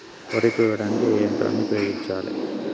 వరి కొయ్యడానికి ఏ యంత్రాన్ని ఉపయోగించాలే?